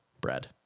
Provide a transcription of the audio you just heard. bread